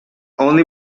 only